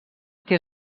que